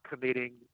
committing